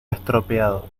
estropeado